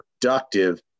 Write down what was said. productive